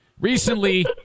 Recently